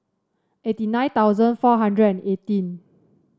eighty nine thousand four hundred and eighteen